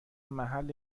محل